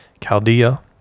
Chaldea